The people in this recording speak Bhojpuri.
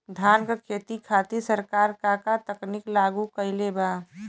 धान क खेती खातिर सरकार का का तकनीक लागू कईले बा?